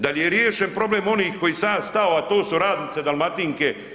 Da li je riješen problem onih koji sam ja stao, a to su radnice Dalmatinke?